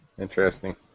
Interesting